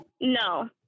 no